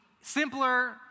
simpler